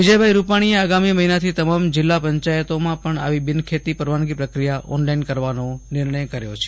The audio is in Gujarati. વિજય ભાઈ રૂપાણી એ આગામી મહિનાથી તમામ જિલ્લા પંચાયતો માં પણ આવી બિનખેતી પરવાનગી પ્રક્રિયા ઓન લાઈન કરવા નો નિર્ણય કર્યો છે